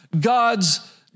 God's